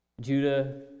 Judah